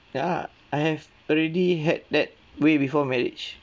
ya I have already had that way before marriage